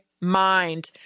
mind